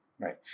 Right